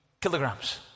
kilograms